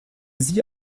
sie